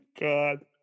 God